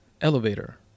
Elevator